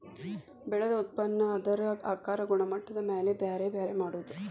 ಬೆಳದ ಉತ್ಪನ್ನಾನ ಅದರ ಆಕಾರಾ ಗುಣಮಟ್ಟದ ಮ್ಯಾಲ ಬ್ಯಾರೆ ಬ್ಯಾರೆ ಮಾಡುದು